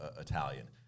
Italian